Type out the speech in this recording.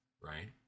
Right